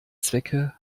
zwecke